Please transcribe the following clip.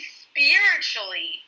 spiritually